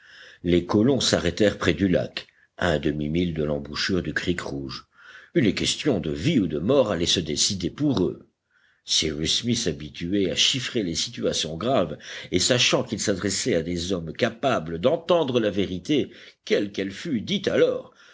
les colons s'arrêtèrent près du lac à un demi-mille de l'embouchure du creek rouge une question de vie ou de mort allait se décider pour eux cyrus smith habitué à chiffrer les situations graves et sachant qu'il s'adressait à des hommes capables d'entendre la vérité quelle qu'elle fût dit alors